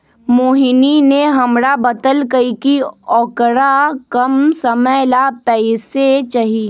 मोहिनी ने हमरा बतल कई कि औकरा कम समय ला पैसे चहि